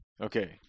Okay